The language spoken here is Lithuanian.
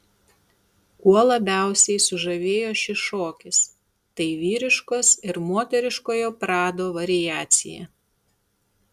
kuo labiausiai sužavėjo šis šokis tai vyriškos ir moteriškojo prado variacija